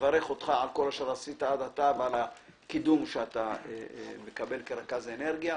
לברך אותך על כל אשר עשית עד עתה ועל הקידום שאתה מקבל כרכז אנרגיה.